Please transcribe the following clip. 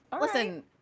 Listen